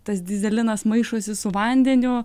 tas dyzelinas maišosi su vandeniu